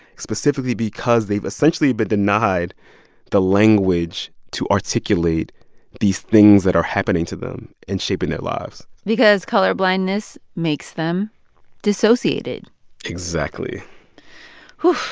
specifically because they've essentially been denied the language to articulate these things that are happening to them and shaping their lives because colorblindness makes them dissociated exactly phew,